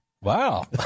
Wow